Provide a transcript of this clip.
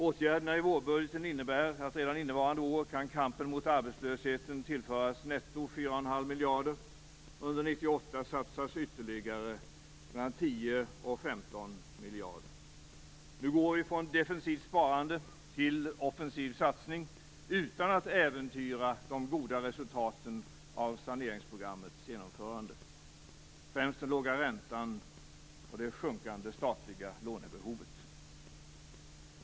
Åtgärderna i vårbudgeten innebär att redan innevarande år kan kampen mot arbetslösheten tillföras netto 4,5 miljarder. Under 1998 satsas ytterligare 10-15 miljarder. Nu går vi från defensivt sparande till offensiv satsning utan att äventyra de goda resultaten av saneringsprogrammets genomförande, främst den låga räntan och det sjunkande statliga lånebehovet.